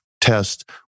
test